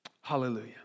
Hallelujah